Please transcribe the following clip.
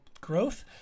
growth